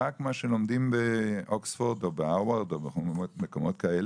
רק מה שלומדים באוקספורד או בהרווארד או במקומות כאלה.